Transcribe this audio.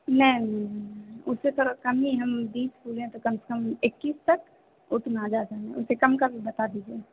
नहीं उससे तो कम ही हम बीस बोले हैं तो कम से कम इक्कीस तक उतना ज्यादा न उससे कम का भी बता दीजिए